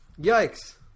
Yikes